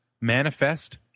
manifest